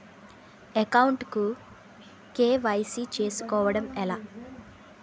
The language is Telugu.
అకౌంట్ కు కే.వై.సీ చేసుకోవడం ఎలా?